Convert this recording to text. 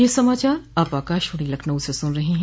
ब्रे क यह समाचार आप आकाशवाणी लखनऊ से सुन रहे हैं